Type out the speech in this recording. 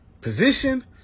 position